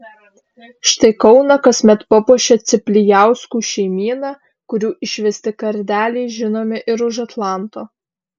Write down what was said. štai kauną kasmet papuošia ciplijauskų šeimyna kurių išvesti kardeliai žinomi ir už atlanto